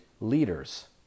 leaders